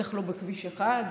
בטח לא בכביש 1,